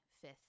fifth